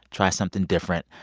try something different.